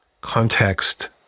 context